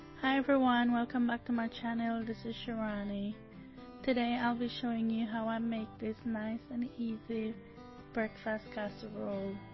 hi everyone, welcome back to my channel. this is shirani today, i'll be showing you how i make this nice and easy breakfast casserole